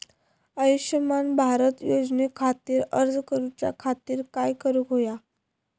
आयुष्यमान भारत योजने खातिर अर्ज करूच्या खातिर काय करुक होया?